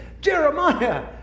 Jeremiah